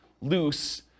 loose